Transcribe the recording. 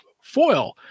foil